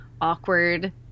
awkward